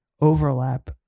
overlap